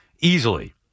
easily